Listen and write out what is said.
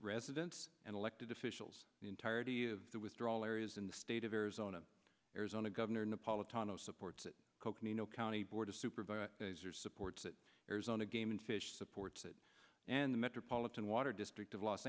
residents and elected officials the entirety of the withdrawal areas in the state of arizona arizona governor napolitano supports coconino county board of supervisors supports that arizona game and fish supported and the metropolitan water district of los